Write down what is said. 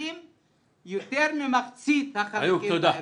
סניפים יותר ממחצית מסניפי הארגון.